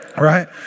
right